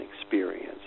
experience